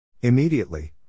Immediately